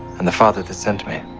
and the father that sent me.